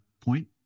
point